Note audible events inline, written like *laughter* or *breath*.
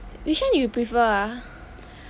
which one you prefer ah *breath*